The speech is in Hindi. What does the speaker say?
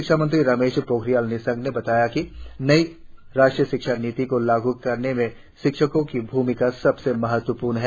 शिक्षा मंत्री रमेश पोखरियाल निशंक ने बताया कि नई राष्ट्रीय शिक्षा नीति को लागू करने में शिक्षकों की भूमिका सबसे महत्वपूर्ण है